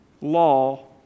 Law